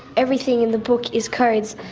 everything in the book is codes,